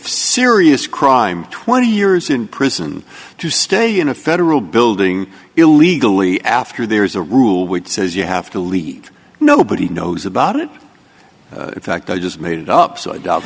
serious crime twenty years in prison to stay in a federal building illegally after there is a rule which says you have to leave nobody knows about it in fact i just made it up so i doubt